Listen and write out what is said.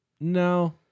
No